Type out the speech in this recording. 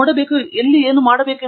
professor Arun K